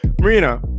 Marina